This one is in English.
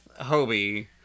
Hobie